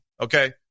Okay